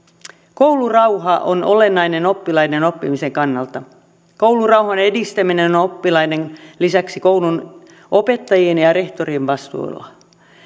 koulurauha on olennainen oppilaiden oppimisen kannalta koulurauhan edistäminen on oppilaiden lisäksi koulun opettajien ja ja rehtorin vastuulla